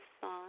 song